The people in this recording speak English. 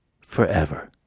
forever